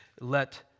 let